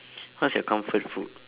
what's your comfort food